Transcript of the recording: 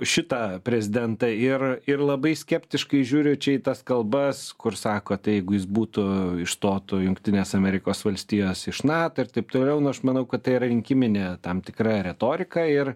šitą prezidentą ir ir labai skeptiškai žiūriu čia į tas kalbas kur sako tai jeigu jis būtų išstotų jungtines amerikos valstijas iš nato ir taip toliau nu aš manau kad tai rinkiminė tam tikra retorika ir